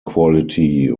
quality